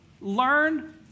learn